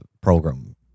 program